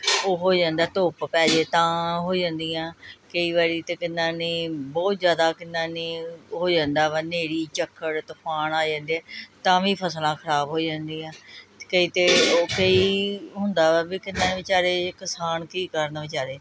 ਉਹ ਹੋ ਜਾਂਦਾ ਧੁੱਪ ਪੈ ਜਾਏ ਤਾਂ ਹੋ ਜਾਂਦੀਆਂ ਕਈ ਵਾਰੀ ਤਾਂ ਕਿੰਨਾ ਨਹੀਂ ਬਹੁਤ ਜ਼ਿਆਦਾ ਕਿੰਨਾ ਨਹੀਂ ਹੋ ਜਾਂਦਾ ਵਾ ਹਨੇਰੀ ਝੱਖੜ ਤੂਫਾਨ ਆ ਜਾਂਦੇ ਤਾਂ ਵੀ ਫਸਲਾਂ ਖਰਾਬ ਹੋ ਜਾਂਦੀਆਂ ਕਈ ਤਾਂ ਉਹ ਕਈ ਹੁੰਦਾ ਵਾ ਵੀ ਕਿੰਨਾ ਵਿਚਾਰੇ ਕਿਸਾਨ ਕੀ ਕਰਨ ਵਿਚਾਰੇ